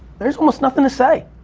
there is almost nothing to say.